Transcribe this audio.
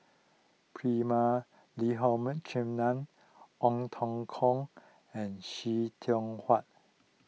Prema Ong Teng Koon and See Tiong Wah